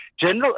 General